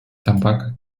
tobacco